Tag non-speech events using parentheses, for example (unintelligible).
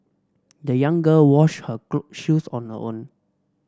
the young girl washed her (unintelligible) shoes on her own